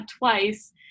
twice